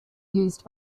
used